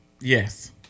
Yes